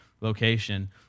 location